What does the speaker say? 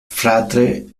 fratre